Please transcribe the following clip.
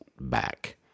back